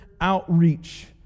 outreach